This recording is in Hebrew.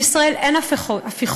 בישראל אין הפיכות,